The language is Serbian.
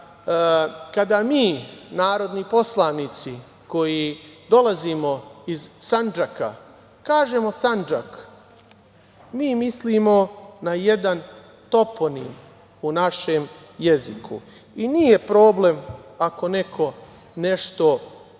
kada mi, narodni poslanici, koji dolazimo iz Sandžaka kažemo Sandžak mi mislimo na jedan toponim u našem jeziku. Nije problem ako neko nešto ne